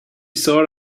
sore